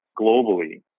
globally